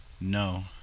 No